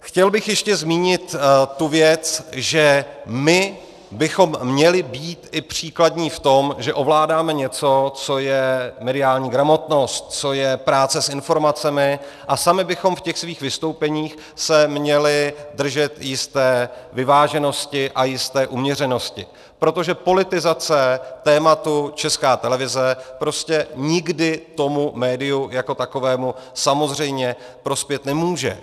Chtěl bych ještě zmínit tu věc, že my bychom měli být i příkladní v tom, že ovládáme něco, co je mediální gramotnost, co je práce s informacemi, a sami bychom se ve svých vystoupeních měli držet jisté vyváženosti a jisté uměřenosti, protože politizace tématu Česká televize prostě nikdy tomu médiu jako takovému samozřejmě prospět nemůže.